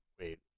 wait